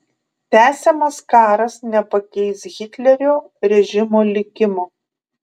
tęsiamas karas nepakeis hitlerio režimo likimo